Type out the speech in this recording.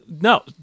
No